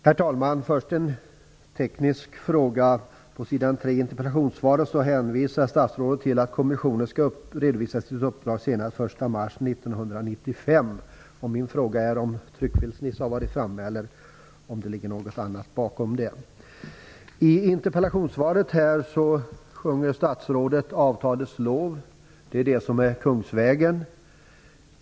Herr talman! Först skall jag ta upp en teknisk fråga. I interpellationssvaret hänvisar statsrådet till att kommissionen "skall redovisa sitt uppdrag senast den 1 mars 1995". Min fråga är om tryckfelsnisse har varit framme eller om det ligger något annat bakom detta. I interpellationssvaret sjunger statsrådet avtalets lov - det är det som är kungsvägen.